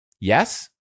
yes